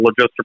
logistical